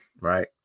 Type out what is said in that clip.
right